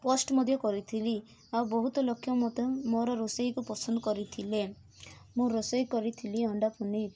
post ମଧ୍ୟ କରିଥିଲି ଆଉ ବହୁତ ଲୋକ ମଧ୍ୟ ମୋର ରୋଷେଇ କୁ ପସନ୍ଦ କରିଥିଲେ ମୁଁ ରୋଷେଇ କରିଥିଲି ଅଣ୍ଡା ପନିର